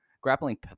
grappling